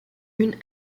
une